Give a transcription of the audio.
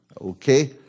okay